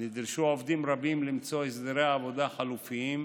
נדרשו עובדים רבים למצוא הסדרי עבודה חלופיים,